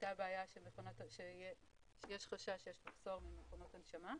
הייתה בעיה שיש חשש של מחסור במכונות הנשמה,